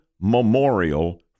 memorial